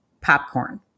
Popcorn